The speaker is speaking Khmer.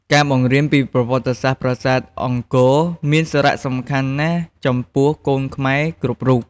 ការបង្រៀនពីប្រវត្តិសាស្ត្រប្រាសាទអង្គរមានសារៈសំខាន់ណាស់ចំពោះកូនខ្មែរគ្រប់រូប។